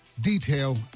detail